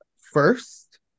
first